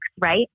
right